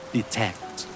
Detect